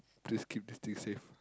just keep the thing safe